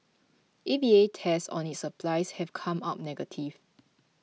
A V A tests on its supplies have come up negative